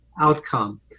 outcome